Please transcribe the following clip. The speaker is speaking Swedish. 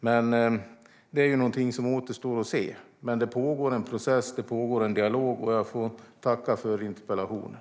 Men det är någonting som återstår att se. Det pågår en process och en dialog. Tack för interpellationen!